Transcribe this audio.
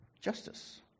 justice